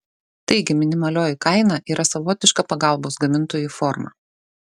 taigi minimalioji kaina yra savotiška pagalbos gamintojui forma